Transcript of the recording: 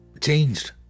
changed